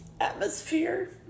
atmosphere